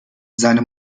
seine